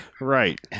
right